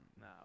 Nah